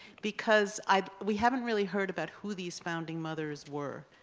because i we haven't really heard about who these founding mothers were,